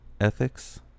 ethics